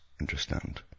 Understand